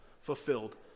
fulfilled